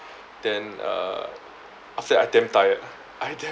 then uh I said I damn tired I damn